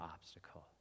obstacle